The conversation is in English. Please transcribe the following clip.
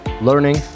learning